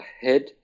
head